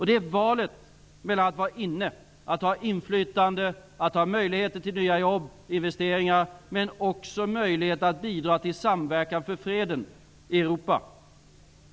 Det är valet att vara inne, att ha inflytande, att ha möjligheter till nya jobb och investeringar, men också möjlighet att bidra till samverkan för freden i Europa.